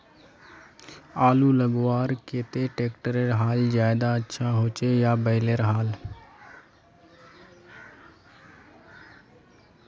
आलूर लगवार केते ट्रैक्टरेर हाल ज्यादा अच्छा होचे या बैलेर हाल?